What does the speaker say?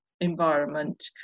environment